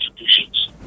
institutions